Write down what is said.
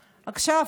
לי.